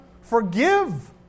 forgive